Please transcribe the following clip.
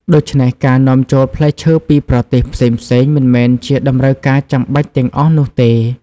ដូច្នេះ ការនាំចូលផ្លែឈើពីប្រទេសផ្សេងៗមិនមែនជាតម្រូវការចាំបាច់ទាំងអស់នោះទេ។